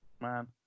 man